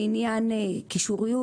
לעניין קישוריות.